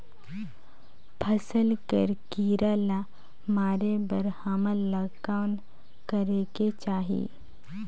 फसल कर कीरा ला मारे बर हमन ला कौन करेके चाही?